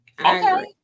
Okay